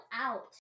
Out